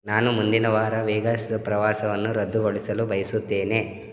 ನಾನು ಮುಂದಿನ ವಾರ ವೇಗಾಸ್ ಪ್ರವಾಸವನ್ನು ರದ್ದುಗೊಳಿಸಲು ಬಯಸುತ್ತೇನೆ